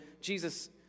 Jesus